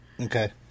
Okay